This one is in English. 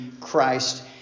Christ